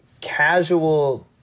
casual